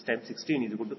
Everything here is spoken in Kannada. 632 W3W20